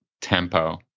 tempo